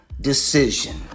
decision